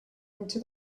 into